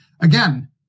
Again